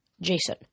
Jason